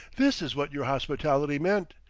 this is what your hospitality meant!